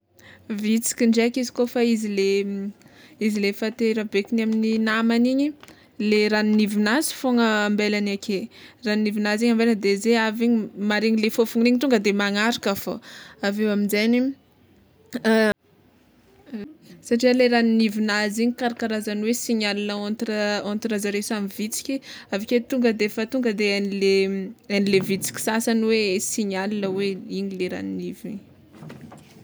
Vitsiky ndraiky izy kôfa izy le izy le fa te raha bekon'ny amin'ny namagny igny, le ranonivinazy fôgna ambelany ake, ranonivinazy igny ambelany de ze avy igny maharegny le fofogny igny tonga de magnaraka fô aveo amizegny satria le ranonivinazy igny karakarazan'ny hoe signal entre entre zareo samy vitsiky avike tonga defa tonga de hainle hainle vitsiky sasany hoe sasany hoe signal hoe igny le ranonivy igny.